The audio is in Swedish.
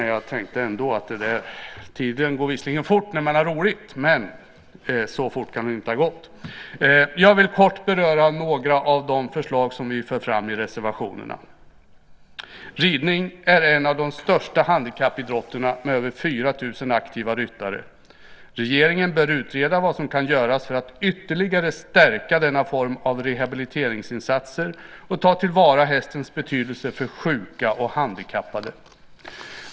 Jag vill kort beröra några av de förslag som vi för fram i reservationerna. Ridning är en av de största handikappidrotterna med över 4 000 aktiva ryttare. Regeringen bör utreda vad som kan göras för att ytterligare stärka denna form av rehabiliteringsinsatser och ta till vara hästens betydelse för sjuka och handikappade.